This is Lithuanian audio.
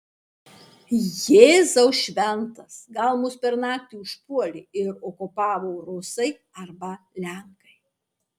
jėzau šventas gal mus per naktį užpuolė ir okupavo rusai arba lenkai